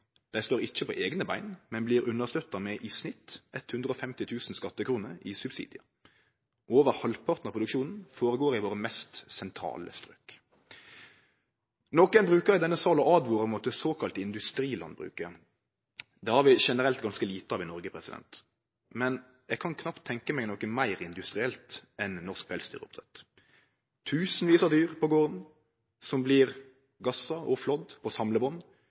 Dei står ikkje på eigne bein, men blir understøtta med i snitt 150 000 skattekroner i subsidiar. Over halvparten av produksjonen føregår i våre mest sentrale strøk. Nokon bruker i denne salen å åtvare mot det såkalla industrilandbruket. Det har vi generelt ganske lite av i Noreg, men eg kan knapt tenkje meg noko meir industrielt enn norsk pelsdyroppdrett: Tusenvis av dyr på garden, som blir gassa og flådd på